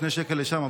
שני שקל לשם,